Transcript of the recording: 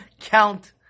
count